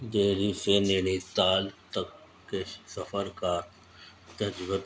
دہلی سے نینی تال تک کے سفر کا